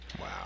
Wow